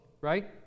Right